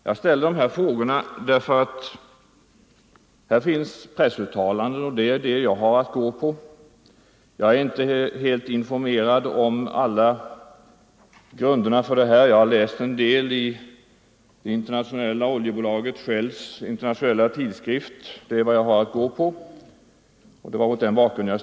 Jag ställer dessa frågor mot bakgrunden av uppgifter i pressen, som är den informationskälla jag främst har haft tillgång till. Jag är alltså inte helt informerad om alla grunder för inrättandet av den nya organisationen. Jag har läst en del i oljebolaget Shells internationella tidskrift, och det var med tanke på detta jag framställde min enkla fråga.